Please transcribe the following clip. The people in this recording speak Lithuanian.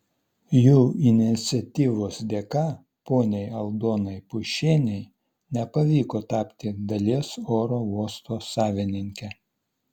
jų iniciatyvos dėka poniai aldonai puišienei nepavyko tapti dalies oro uosto savininke